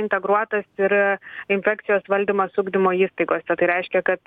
integruotas ir infekcijos valdymas ugdymo įstaigose tai reiškia kad